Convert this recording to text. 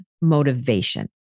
motivation